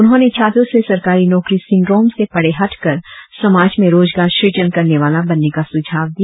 उन्होंने छात्रों से सरकारी नौकरी सिन्द्रोम से परे हटकर समाज में रोजगार सृजन करने वाला बनने का सुझाव दिया